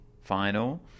final